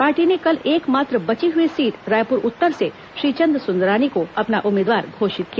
party ने कल एकमात्र बची हुई सीट रायपुर उत्तर से श्रीचंद सुंदरानी को अपना उम्मीदवार घोषित किया